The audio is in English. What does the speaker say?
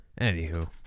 Anywho